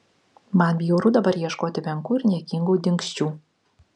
man bjauru dabar ieškoti menkų ir niekingų dingsčių